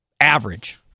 average